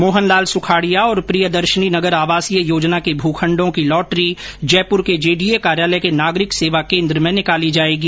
मोहन लाल सुखाडिया और प्रियदर्शनी नगर आवासीय योजना के भूखण्डों की लॉटरी जयपुर के जेडीए कार्यालय के नागरिक सेवा केंद्र में निकाली जायेगी